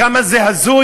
כמה זה הזוי?